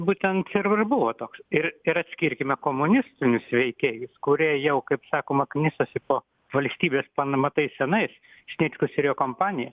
būtent ir ir buvo toks ir ir atskirkime komunistinius veikėjus kurie jau kaip sakoma knisasi po valstybės pamatais senais sniečkus ir jo kompanija